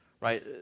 right